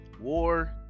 War